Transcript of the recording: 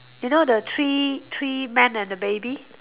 you know the three three men and the baby